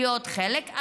להיות חלק.